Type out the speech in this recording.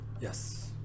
Yes